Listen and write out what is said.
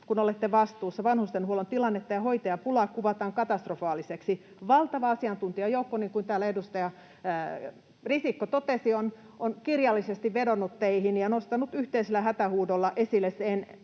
kun olette vastuussa? Vanhustenhuollon tilannetta ja hoitajapulaa kuvataan katastrofaaliseksi. Valtava asiantuntijajoukko, niin kuin täällä edustaja Risikko totesi, on kirjallisesti vedonnut teihin ja nostanut yhteisellä hätähuudolla esille sen,